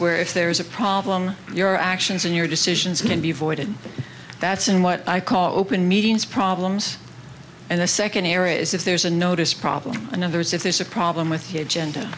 where if there's a problem your actions and your decisions can be avoided that's in what i call open meetings problems and the second area is if there's a notice problem and then there's if there's a problem with